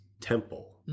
temple